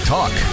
Talk